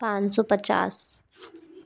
पाँच सौ पचास